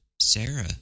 Sarah